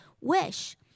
wish